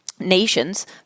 nations